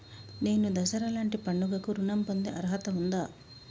నేను దసరా లాంటి పండుగ కు ఋణం పొందే అర్హత ఉందా?